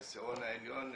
בעשירון העליון,